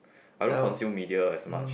I don't consume media as much